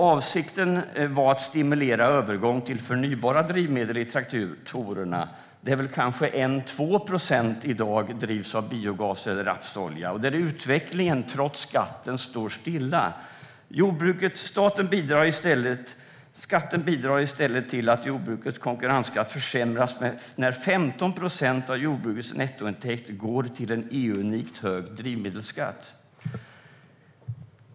Avsikten var att stimulera övergången till förnybara drivmedel i traktorerna, där kanske 1-2 procent drivs med biogas eller rapsolja i dag. Trots skatten står utvecklingen stilla. Skatten bidrar i stället till att jordbrukets konkurrenskraft försämras när 15 procent av jordbrukets nettointäkt går till en EU-unikt hög drivmedelsskatt.